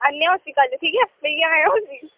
आहनेआं उसी कल ठीक ऐ लेइयै आया उसी